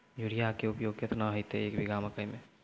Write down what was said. Urea के उपयोग केतना होइतै, एक बीघा मकई मे?